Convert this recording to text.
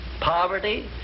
Poverty